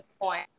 point